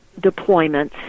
deployments